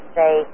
say